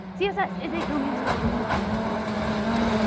css is a domain specific declarative programming language.